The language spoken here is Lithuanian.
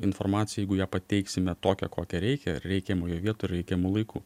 informacija jeigu ją pateiksime tokią kokią reikia reikiamoje vietoj ir reikiamu laiku